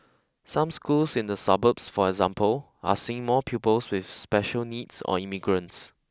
some schools in the suburbs for example are seeing more pupils with special needs or immigrants